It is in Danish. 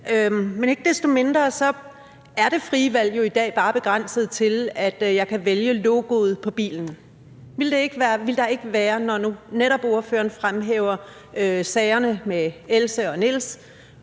Men ikke desto mindre er det frie valg i dag jo bare begrænset til, at jeg kan vælge logoet på bilen. Ville det ikke, når nu netop ordføreren fremhæver sagerne med Else og Niels,